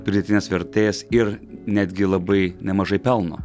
pridėtinės vertės ir netgi labai nemažai pelno